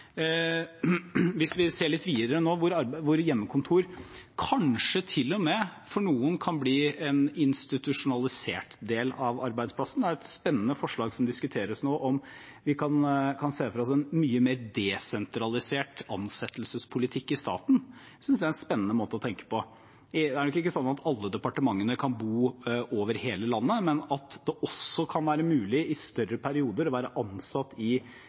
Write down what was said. hvor hjemmekontor kanskje til og med for noen kan bli en institusjonalisert del av arbeidsplassen: Det er et spennende forslag som diskuteres nå, om vi kan se for oss en mye mer desentralisert ansettelsespolitikk i staten. Jeg synes det er en spennende måte å tenke på. Det er nok ikke sånn at ansatte i alle departementene kan bo over hele landet, men at det også kan være mulig i lengre perioder å være ansatt i